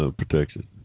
protection